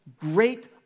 great